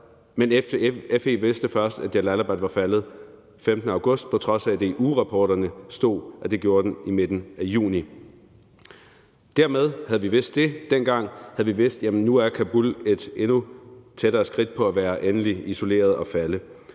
men FE vidste først, at Jalalabad var faldet 15. august, på trods af at der i ugerapporterne stod, at det gjorde den i midten af juni. Havde vi vidst det dengang, havde vi dermed vidst, at nu er Kabul endnu et skridt tættere på at være endeligt isoleret og falde.